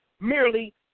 merely